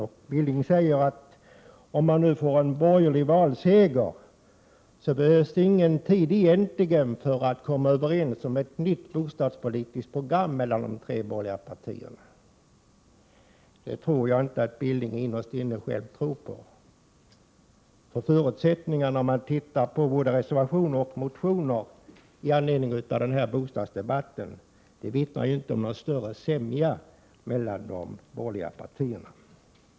Knut Billing säger, att om det nu blir en borgerlig valseger, behövs det egentligen ingen tid för att komma överens om ett nytt borgerligt bostadspolitiskt program. Det tror nu Knut Billing innerst inne inte själv på. Reservationer och motioner med anledning av den här bostadsdebatten vittnar ju inte om någon större sämja mellan de borgerliga partierna.